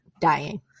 dying